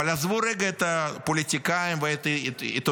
אבל עזבו רגע את הפוליטיקאים ואת העיתונאים,